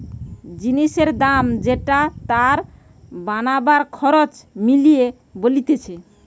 জিনিসের দাম যেটা তার বানাবার খরচ মিলিয়ে বলতিছে